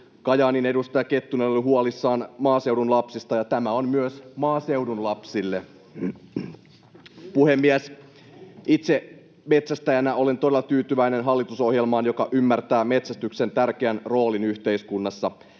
Kajaanin edustaja Kettunen oli huolissaan maaseudun lapsista, ja tämä on myös maaseudun lapsille. Puhemies! Itse metsästäjänä olen todella tyytyväinen hallitusohjelmaan, joka ymmärtää metsästyksen tärkeän roolin yhteiskunnassa.